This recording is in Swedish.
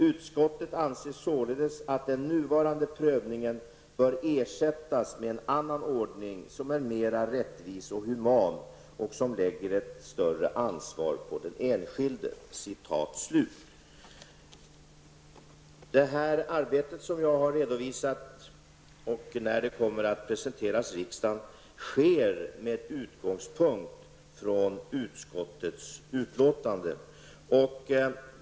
Utskottet anser således att den nuvarande prövningen bör ersättas med en annan ordning som är mer rättvis och human och som lägger ett större ansvar på den enskilde.'' Det arbete som jag har redovisat och som kommer att presenteras sker med utgångspunkt i utskottets utlåtande.